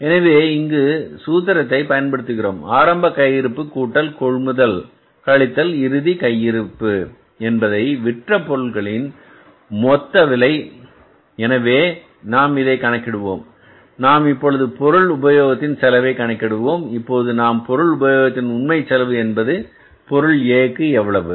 எனவே இங்கு சூத்திரத்தை பயன்படுத்துகிறோம் ஆரம்ப கையிருப்பு கூட்டல் கொள்முதல் கழித்தல் இறுதி கையிருப்பு என்பது விற்ற பொருட்களின் மொத்த விலை எனவே நாம் இதை கணக்கிடுவோம் நாம் இப்போது பொருள் உபயோகத்தின் செலவை கணக்கிடுவோம் இப்போது நாம் பொருள் உபயோகத்தின் உண்மை செலவு என்பது பொருள் A க்கு எவ்வளவு